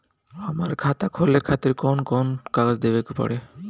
हमार खाता खोले खातिर कौन कौन कागज देवे के पड़ी?